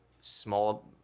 small